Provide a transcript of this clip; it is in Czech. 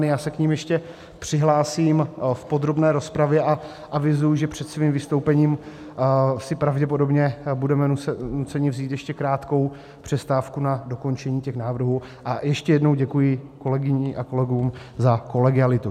Já se k nim ještě přihlásím v podrobné rozpravě a avizuji, že před svým vystoupením si pravděpodobně budeme nuceni vzít ještě krátkou přestávku na dokončení těch návrhů, a ještě jednou děkuji kolegyním a kolegům za kolegialitu.